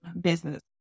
business